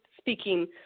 speaking